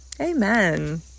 Amen